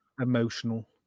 emotional